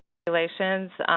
populations